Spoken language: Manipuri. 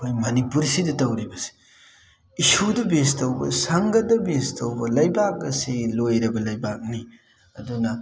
ꯑꯩꯈꯣꯏ ꯃꯅꯤꯄꯨꯔꯁꯤꯗ ꯇꯧꯔꯤꯕꯁꯦ ꯏꯁꯨꯗ ꯕꯦꯁ ꯇꯧꯕ ꯁꯪꯒꯗ ꯕꯦꯁ ꯇꯧꯕ ꯂꯩꯕꯥꯛ ꯑꯁꯤ ꯂꯣꯏꯔꯕ ꯂꯩꯕꯥꯛꯅꯤ ꯑꯗꯨꯅ